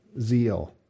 zeal